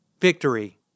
Victory